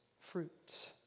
fruit